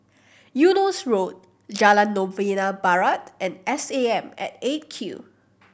Eunos Road Jalan Novena Barat and S A M at Eight Q